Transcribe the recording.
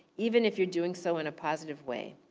even if you're doing so in a positive way.